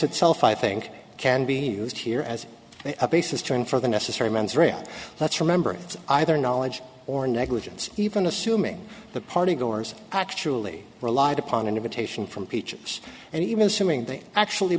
itself i think can be used here as a basis turn for the necessary mens rea and let's remember it's either knowledge or negligence even assuming the party goers actually relied upon an invitation from peaches and even assuming they actually